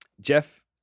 Jeff